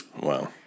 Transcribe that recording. Wow